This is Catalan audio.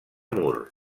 mur